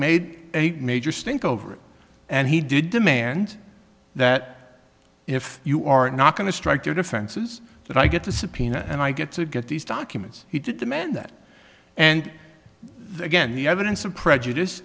made a major stink over it and he did demand that if you are not going to strike your defenses that i get the subpoena and i get to get these documents he did the man that and again the evidence of prejudice